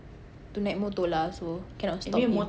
to naik motor lah so cannot stop him